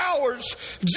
hours